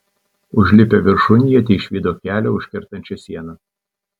užlipę viršun jie teišvydo kelią užkertančią sieną